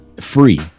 free